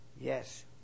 yes